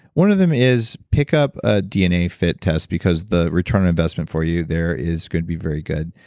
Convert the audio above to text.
one of them is pick up a dnafit test because the return on investment for you there is going to be very good.